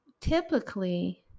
typically